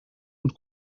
uns